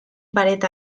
pareta